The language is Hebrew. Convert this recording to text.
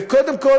קודם כול,